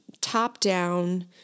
top-down